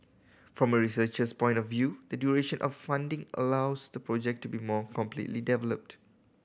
from a researcher's point of view the duration of funding allows the project to be more completely developed